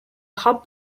hub